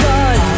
God